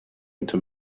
into